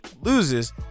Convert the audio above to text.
loses